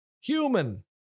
Human